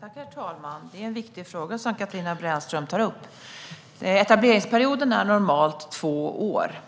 Herr talman! Det är en viktig fråga som Katarina Brännström tar upp. Etableringsperioden är normalt två år.